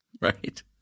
Right